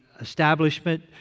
establishment